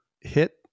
hit